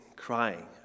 crying